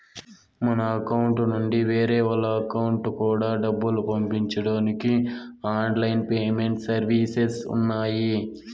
మన అకౌంట్ నుండి వేరే వాళ్ళ అకౌంట్ కూడా డబ్బులు పంపించడానికి ఆన్ లైన్ పేమెంట్ సర్వీసెస్ ఉన్నాయి